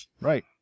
Right